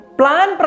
plan